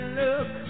look